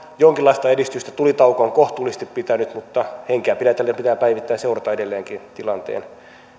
jonkinlaista edistystä tulitauko on kohtuullisesti pitänyt mutta henkeä pidätellen pitää päivittäin seurata edelleenkin tilanteen